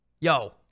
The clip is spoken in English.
yo